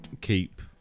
keep